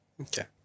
okay